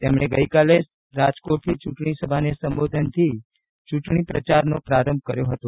તેમણે ગઇકાલે રાજકોટથી ચૂંટણી સભાને સંબોધનથી ચૂંટણી પ્રચારનો પ્રારંભ કર્યો હતો